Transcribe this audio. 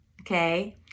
okay